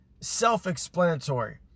self-explanatory